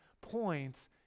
points